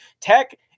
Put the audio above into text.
Tech